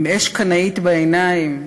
עם אש קנאית בעיניים.